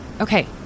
okay